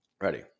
Ready